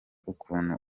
ukuntu